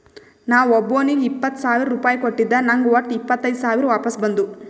ನಾ ಒಬ್ಬೋನಿಗ್ ಇಪ್ಪತ್ ಸಾವಿರ ರುಪಾಯಿ ಕೊಟ್ಟಿದ ನಂಗ್ ವಟ್ಟ ಇಪ್ಪತೈದ್ ಸಾವಿರ ವಾಪಸ್ ಬಂದು